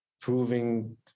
proving